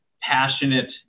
passionate